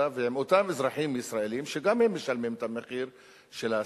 ועם אותם אזרחים ישראלים שגם הם משלמים את המחיר של ההסלמה.